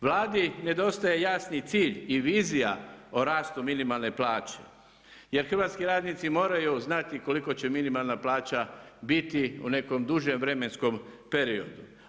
Vladi nedostaje jasni cilj i vizija o rastu minimalne plaće jer hrvatski radnici moraju znati koliko će minimalna plaća biti u nekom dužem vremenskom periodu.